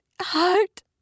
heart